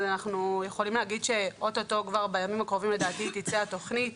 אנחנו יכולים להגיד שכבר בימים הקרובים תא התוכנית,